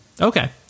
okay